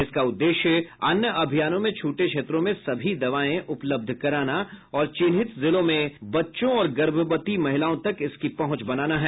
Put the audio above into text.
इसका उद्देश्य अन्य अभियानों में छूटे क्षेत्रों में सभी दवाएं उपलब्ध कराना और चिन्हित जिलों में बच्चों और गर्भवती महिलाओं तक इसकी पहुंच बनाना है